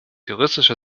juristischer